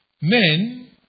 Men